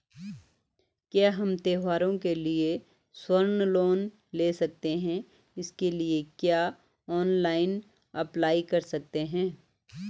क्या हम त्यौहारों के लिए स्वर्ण लोन ले सकते हैं इसके लिए क्या ऑनलाइन अप्लाई कर सकते हैं?